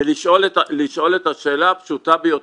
ולשאול את השאלה הפשוטה ביותר,